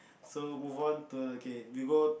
so move on to okay we go